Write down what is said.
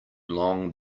long